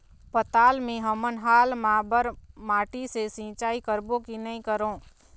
पताल मे हमन हाल मा बर माटी से सिचाई करबो की नई करों?